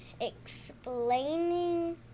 explaining